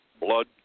blood